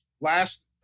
Last